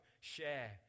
share